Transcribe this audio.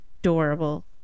adorable